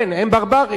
כן, הם ברברים.